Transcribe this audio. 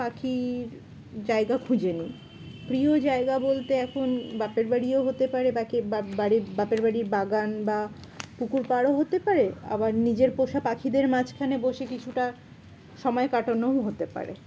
পাখির জায়গা খুঁজে নিই প্রিয় জায়গা বলতে এখন বাপের বাড়িও হতে পারে বাকি বাড়ির বাপের বাড়ির বাগান বা পুকুর পারও হতে পারে আবার নিজের পোষা পাখিদের মাঝখানে বসে কিছুটা সময় কাটানোও হতে পারে